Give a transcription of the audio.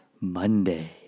Monday